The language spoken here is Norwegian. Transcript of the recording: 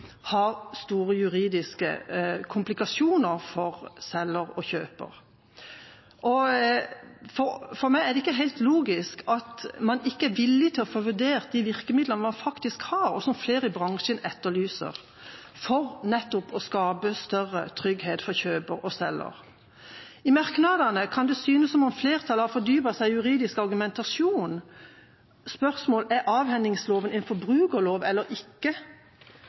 store juridiske komplikasjoner for selger og kjøper. For meg er det ikke helt logisk at man ikke er villig til å få vurdert de virkemidler man faktisk har, og som flere i bransjen etterlyser, for nettopp å skape større trygghet for kjøper og selger. I merknadene kan det synes som om flertallet har fordypet seg i juridisk argumentasjon: Er avhendingsloven en forbrukerlov eller ikke?